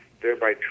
thereby